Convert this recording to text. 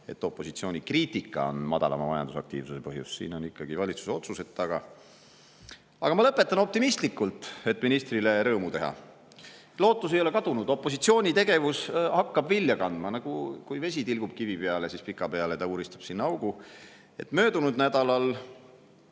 et opositsiooni kriitika on madalama majandusaktiivsuse põhjus. Siin on ikkagi valitsuse otsused taga. Aga ma lõpetan optimistlikult, et ministrile rõõmu teha. Lootus ei ole kadunud, opositsiooni tegevus hakkab vilja kandma. Kui vesi tilgub kivi peale, siis pikapeale ta uuristab sinna augu. Möödunud nädalal